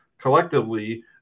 collectively